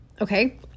Okay